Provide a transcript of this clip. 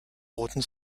roten